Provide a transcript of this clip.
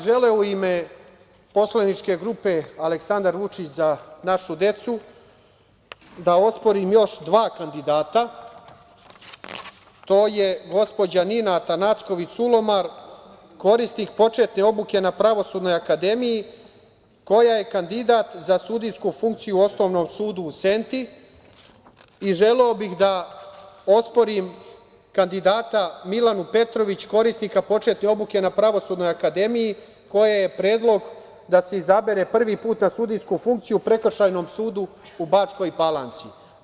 Želeo bih u ime poslaničke grupe Aleksandar Vučić – Za našu decu, da osporim još dva kandidata, to je gospođa Nina Atanacković Sulomar, korisnik početne obuke na Pravosudnoj akademiji, koja je kandidat za sudijsku funkciju u Osnovnom sudu u Senti, i želeo bih da osporim kandidata Milanu Petrović, korisnika početne obuke na Pravosudnoj akademiji, koja je predlog da se izabere prvi put na sudijsku funkciju u Prekršajnom sudu u Bačkoj Palanci.